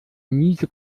miese